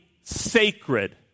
sacred